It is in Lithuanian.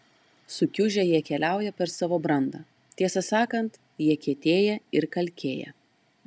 sukiužę jie keliauja per savo brandą tiesą sakant jie kietėja ir kalkėja